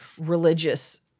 religious